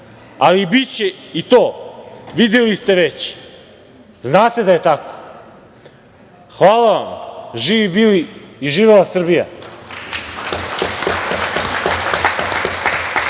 ali biće i to. Videli ste već. Znate da je tako. Hvala vam. Živi bili i živela Srbija.